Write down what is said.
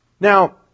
Now